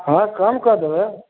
हँ कम कऽ देबै